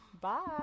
Bye